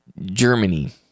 Germany